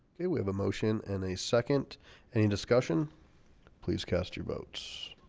okay. we have a motion and a second any discussion please cast your votes